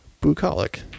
bucolic